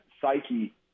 psyche